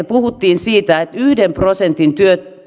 puhuttiin siitä että yhden prosentin